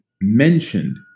mentioned